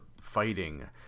fighting